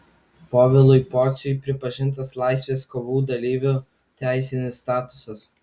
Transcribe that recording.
povilui pociui pripažintas laisvės kovų dalyvio teisinis statusas